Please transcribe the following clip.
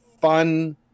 fun